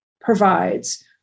provides